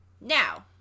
Now